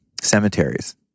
cemeteries